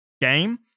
game